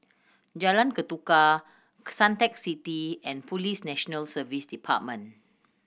Jalan Ketuka Suntec City and Police National Service Department